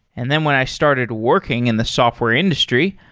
and then when i started working in the software industry,